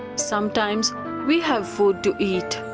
sometimes we have food to eat,